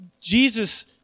Jesus